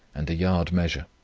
and a yard measure.